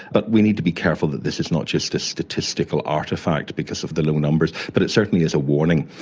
but we need to be careful that this is not just a statistical artefact because of the low numbers, but it certainly is a warning.